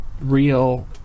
real